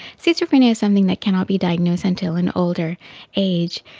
schizophrenia is something that cannot be diagnosed until an older age,